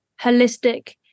holistic